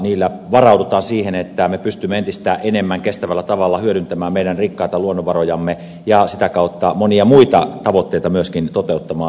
niillä varaudutaan siihen että me pystymme entistä enemmän kestävällä tavalla hyödyntämään meidän rikkaita luonnonvarojamme ja sitä kautta monia muita tavoitteita myöskin toteuttamaan